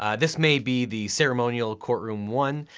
ah this may be the ceremonial courtroom one.